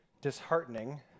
disheartening